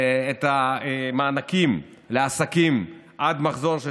את המענקים לעסקים עד מחזור של